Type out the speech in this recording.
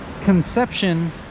Conception